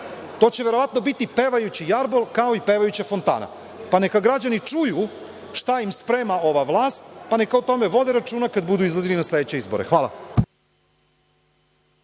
To će verovatno biti pevajući jarbol, kao i pevajuća fontana. Pa, neka građani čuju šta im sprema ova vlast, pa neka o tome vode računa kada budu izlazili na sledeće izbore. Hvala.